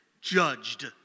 judged